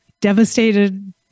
devastated